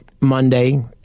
Monday